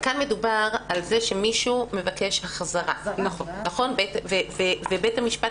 אבל כאן מדובר על זה שמישהו מבקש החזרה ובית המשפט